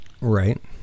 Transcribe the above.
Right